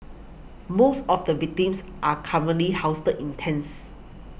most of the victims are currently housed in tents